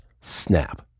snap